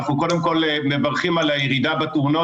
אנחנו קודם כל מברכים על הירידה בתאונות